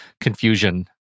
confusion